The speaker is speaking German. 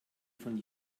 von